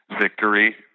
Victory